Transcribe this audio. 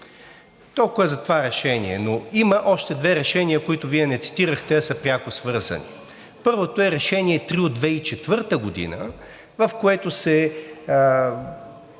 Толкова за това решение. Но има още две решения, които Вие не цитирахте, а са пряко свързани. Първото е Решение № 3 от 2004 г., в което